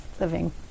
living